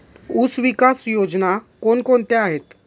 ऊसविकास योजना कोण कोणत्या आहेत?